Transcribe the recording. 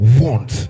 want